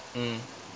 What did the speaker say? mm